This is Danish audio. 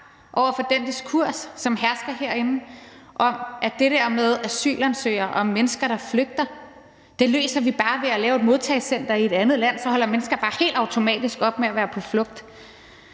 over for den diskurs, som hersker herinde, om, at det der med asylansøgere og mennesker, der flygter, løser vi bare ved at lave et modtagecenter i et andet land, og at så holder mennesker bare helt automatisk op med at være på flugt.